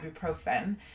ibuprofen